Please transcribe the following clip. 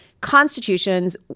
constitutions